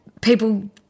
People